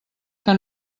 que